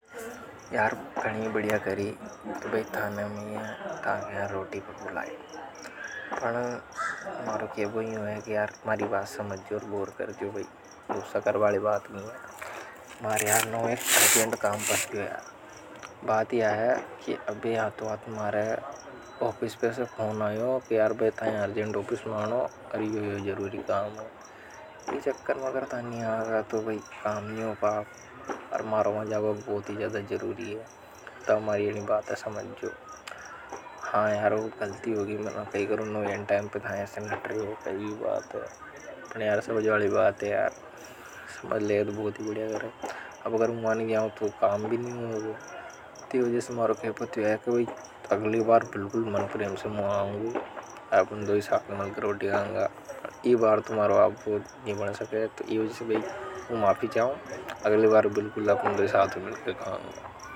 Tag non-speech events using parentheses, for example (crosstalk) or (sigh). यार प्रणी बढ़िया करी तो। (unintelligible) घोर कर जो भई रूसा कर वाले बात में है मारी यार नोएक्स अर्जेंट काम पड़ गया बात यह है कि अब यहां तो आप मारे। ऑफिस पर से फोन आयोा प्यार अर्जेंट ऑफिस में आनी ओर यो यो जरूरी काम है इस चक्कर मगर तानी आगा तो वहीं काम। नहीं हो पागो और मारों जाओ बहुत ही ज्यादा जरूरी है तो मारी यह बात समझ जो हां यार वह गलती होगी मैंने कई। पर नोएन टाइम पर था यह सेनेटर होकर यह बात है पर यह सब ज्यादा यह बात है यार समझ लेंगे बहुत ही बड़ी है अब। अगर मुझे नहीं आओ तो काम भी नहीं होगा तो यह जैसे मारों के पत्य है कि अगली बार बिल्कुल मन पुरेम से मुझे आएंगे। (unintelligible) सकते तो यह जैसे मैं उ मापी चाहूं अगली बार बिल्कुल अपने साथ मिलकर काम रोटी खांगा।